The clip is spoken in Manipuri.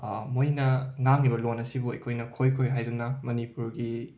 ꯃꯣꯏꯅ ꯉꯥꯡꯂꯤꯕ ꯂꯣꯟ ꯑꯁꯤꯕꯨ ꯑꯩꯈꯣꯏꯅ ꯈꯣꯏ ꯈꯣꯏ ꯍꯥꯏꯗꯨꯅ ꯃꯅꯤꯄꯨꯔꯒꯤ